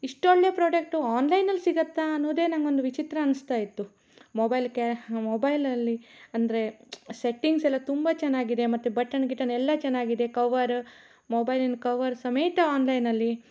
ಇಷ್ಟು ಒಳ್ಳೆ ಪ್ರೋಡಕ್ಟು ಆನ್ಲೈನಲ್ಲಿ ಸಿಗುತ್ತಾ ಅನ್ನೋದೆ ನಂಗೊಂದು ವಿಚಿತ್ರ ಅನಿಸ್ತ ಇತ್ತು ಮೊಬೈಲ್ ಕೆ ಮೊಬೈಲ್ ಅಲ್ಲಿ ಅಂದರೆ ಸೆಟ್ಟಿಂಗ್ಸೆಲ್ಲ ತುಂಬ ಚೆನ್ನಾಗಿದೆ ಮತ್ತು ಬಟನ್ ಗಿಟನ್ ಎಲ್ಲ ಚೆನ್ನಾಗಿದೆ ಕವರ್ ಮೊಬೈಲಿನ ಕವರ್ ಸಮೇತ ಆನ್ಲೈನಲಿ